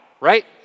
right